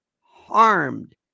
harmed